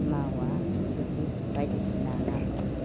मावा फिथिख्रि बायदिसिना नाखौ